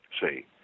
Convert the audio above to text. see